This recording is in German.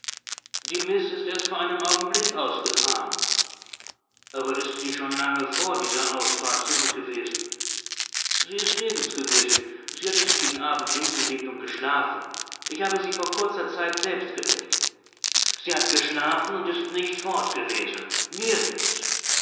die miß ist erst vor einem augenblick ausgefahren aber ist sie schon lange vor dieser ausfahrt zurückgewesen sie ist nirgends gewesen sie hatte sich gegen abend hingelegt und geschlafen ich habe sie vor kurzer zeit selbst geweckt sie hat geschlafen und ist nicht fortgewesen nirgends